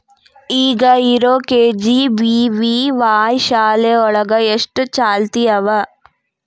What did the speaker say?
ಈಗ ಇರೋ ಕೆ.ಜಿ.ಬಿ.ವಿ.ವಾಯ್ ಶಾಲೆ ಒಳಗ ಎಷ್ಟ ಚಾಲ್ತಿ ಅವ?